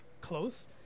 close